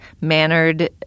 mannered